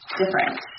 different